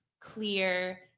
clear